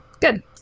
Good